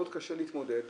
יש מי ששומר,